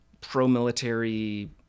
pro-military